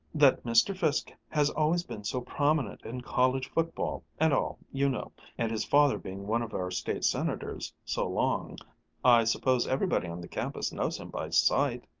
that mr. fiske has always been so prominent in college football and all, you know and his father being one of our state senators so long i suppose everybody on the campus knows him by sight.